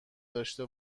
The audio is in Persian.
داشته